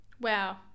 wow